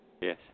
Yes